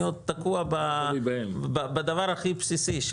אני עוד תקוע בדבר הכי בסיסי,